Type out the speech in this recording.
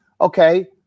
Okay